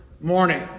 morning